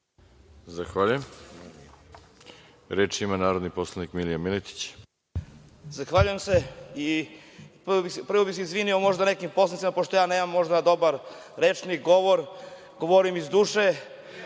Zahvaljujem. Reč ima narodni poslanik Milija Miletić. **Milija Miletić** Zahvaljujem. Prvo bih se izvinio možda nekim poslanicima pošto ja nemam možda dobar rečnik, govor. Govorim iz duše.